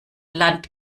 land